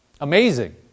Amazing